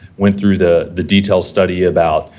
went through the the detail study about,